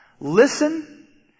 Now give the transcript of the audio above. Listen